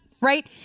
right